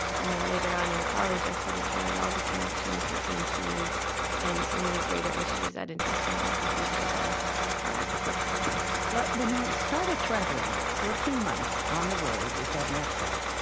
and later on, in college, i started drawing all the connections between cheese and so many greater issues that interest me like the future of our agriculture but when you started traveling though, fourteen months on the road with that knapsack,